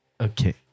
okay